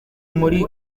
muri